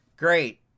Great